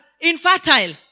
infertile